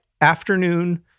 afternoon